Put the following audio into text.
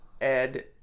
Ed